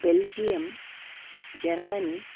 Belgium Germany